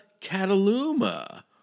Cataluma